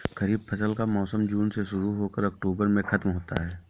खरीफ फसल का मौसम जून में शुरू हो कर अक्टूबर में ख़त्म होता है